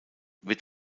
wird